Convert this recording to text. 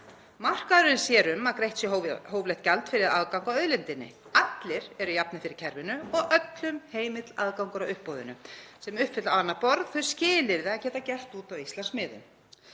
Markaðurinn sér um að greitt sé hóflegt gjald fyrir aðgang að auðlindinni. Allir eru jafnir fyrir kerfinu og öllum heimill aðgangur að uppboðinu sem uppfylla á annað borð þau skilyrði að geta gert út á Íslandsmiðum.